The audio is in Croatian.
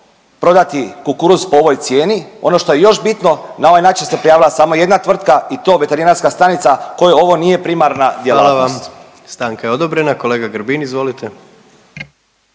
prodati kukuruz po ovoj cijeni? Ono što je još bitno, na ovaj natječaj se prijavila samo jedna tvrtka i to veterinarska stanica kojoj ovo nije primarna djelatnost. **Jandroković, Gordan (HDZ)** Hvala vam. Stanka je odobrena, kolega Grbin, izvolite.